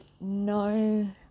no